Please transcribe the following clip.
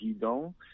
Guidon